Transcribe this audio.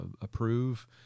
approve